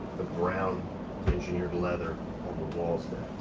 the brown engineered leather on the walls there.